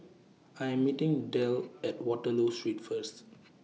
I Am meeting Delle At Waterloo Street First